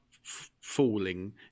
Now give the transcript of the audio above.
falling